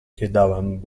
quedaban